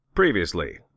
Previously